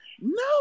No